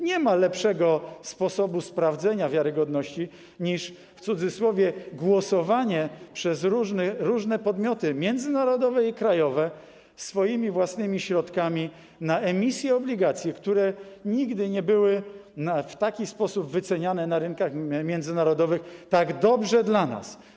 Nie ma lepszego sposobu sprawdzenia wiarygodności niż „głosowanie” przez różne podmioty międzynarodowe i krajowe swoimi własnymi środkami na emisje obligacji, które nigdy nie były w taki sposób wyceniane na rynkach międzynarodowych, tak dobrze dla nas.